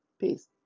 Peace